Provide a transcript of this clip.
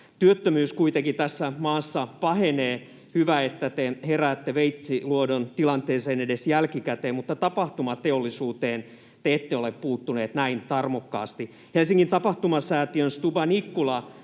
Työttömyys kuitenkin tässä maassa pahenee. Hyvä, että te heräätte Veitsiluodon tilanteeseen edes jälkikäteen, mutta tapahtumateollisuuteen te ette ole puuttuneet näin tarmokkaasti. Helsingin tapahtumasäätiön Stuba Nikula